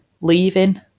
leaving